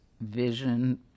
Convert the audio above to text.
vision